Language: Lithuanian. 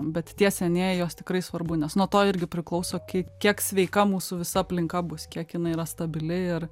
bet tie senieji juos tikrai svarbu nes nuo to irgi priklauso kie kiek sveika mūsų visa aplinka bus kiek jinai yra stabili ir